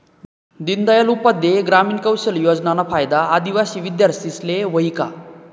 दीनदयाल उपाध्याय ग्रामीण कौशल योजनाना फायदा आदिवासी विद्यार्थीस्ले व्हयी का?